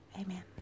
Amen